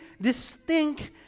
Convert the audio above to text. distinct